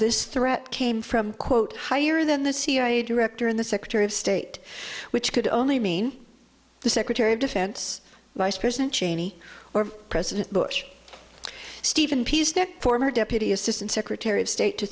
this threat came from quote higher than the cia director in the secretary of state which could only mean the secretary of defense vice president cheney or president bush stephen peacenik former deputy assistant secretary of state to